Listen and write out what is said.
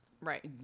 right